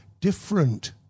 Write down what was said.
different